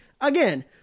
again